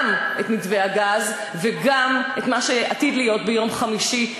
גם את מתווה הגז וגם את מה שעתיד להיות ביום חמישי,